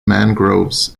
mangroves